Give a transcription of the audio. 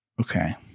Okay